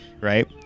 right